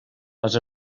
les